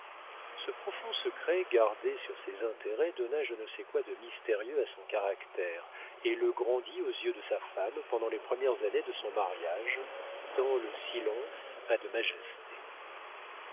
ce profond secret gardé sur ses intérêts donna je ne sais quoi de mystérieux à son caractère et le grandit aux yeux de sa femme pendant les premières années de son mariage tant le silence a de majesté